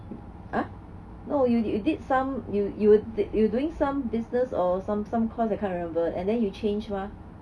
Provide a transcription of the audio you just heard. uh no you you did some you you doing some business or some some course I can't remember and then you change mah